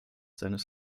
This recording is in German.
seines